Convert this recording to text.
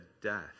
death